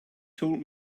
told